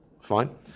Fine